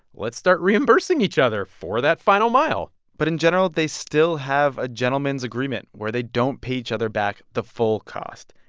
let's start reimbursing each other for that final mile but in general, they still have a gentlemen's agreement where they don't pay each other back the full cost.